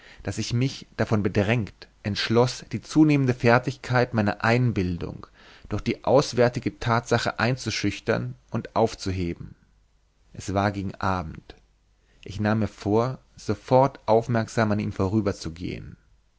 daß ich mich davon bedrängt entschloß die zunehmende fertigkeit meiner einbildung durch die auswärtige tatsache einzuschüchtern und aufzuheben es war gegen abend ich nahm mir vor sofort aufmerksam an ihm